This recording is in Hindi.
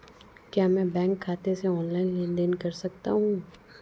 क्या मैं बैंक खाते से ऑनलाइन लेनदेन कर सकता हूं?